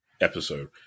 episode